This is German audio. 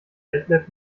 detlef